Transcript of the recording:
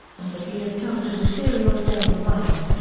and that he has tons of material laying around.